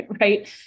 right